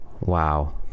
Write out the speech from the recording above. wow